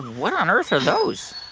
what on earth are those?